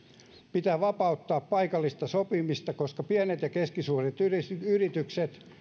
pitää vapauttaa paikallista sopimista koska pienet ja keskisuuret yritykset yritykset